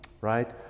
right